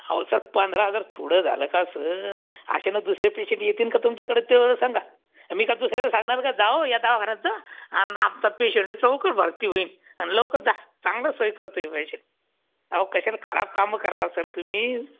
अहो सर पंधरा हजार थोडं झालं का सर अशानं दुसरे पेशंट येतीन का तुमच्याकडं तेवढं सांगा मी काय दुसऱ्याला सांगणार का जा हो या दवाखान्यात जा अन आमचा पेशंटच लवकर भरती होईल अन लवकर जा चांगलं सोय करतं आहे स्पेशल अहो कशाला खराब कामं करता सर तुम्ही